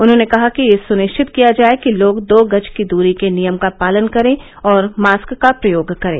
उन्होंने कहा कि यह सुनिश्चित किया जाए कि लोग दो गज की दूरी के नियम का पालन करें और मास्क का प्रयोग करें